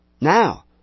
Now